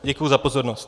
Děkuji za pozornost.